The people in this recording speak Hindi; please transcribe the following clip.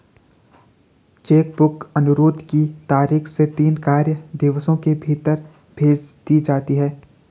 चेक बुक अनुरोध की तारीख से तीन कार्य दिवसों के भीतर भेज दी जाती है